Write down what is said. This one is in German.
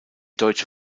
deutsche